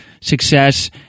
success